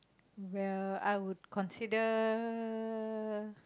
well I would consider